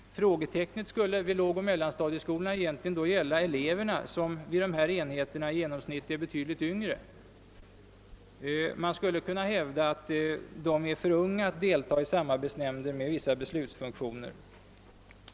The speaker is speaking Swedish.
Frågetecknet skulle vid lågoch mellanstadieskolorna då gälla eleverna, som vid dessa enheter genomsnittligt är betydligt yngre. Man skulle kunna hävda att de är för unga för att delta i samarbetsnämnder med vissa beslutsfunktioner.